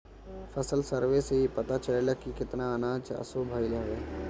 फसल सर्वे से इ पता चलेला की केतना अनाज असो भईल हवे